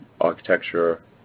architecture